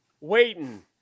waiting